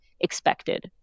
expected